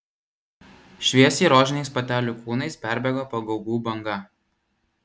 šviesiai rožiniais patelių kūnais perbėgo pagaugų banga